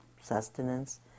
sustenance